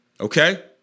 Okay